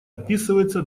описывается